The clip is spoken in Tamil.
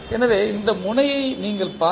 எனவே இந்த முனையை நீங்கள் பார்க்கும்போது